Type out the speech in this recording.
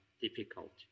difficult